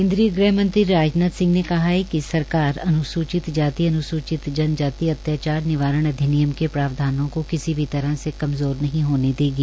केन्द्रीय गृहमंत्री राजनाथ सिंह ने कहा है कि सरकार अनुसुचित जन जाति अत्याचार निवारण अधिनियम के प्रावधानों को किसी भी तहर से कमजोर नहीं होने देगी